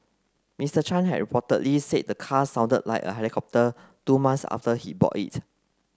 Mister Chan had reportedly said the car sounded like a helicopter two months after he bought it